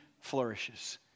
flourishes